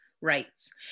rights